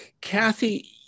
Kathy